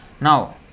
Now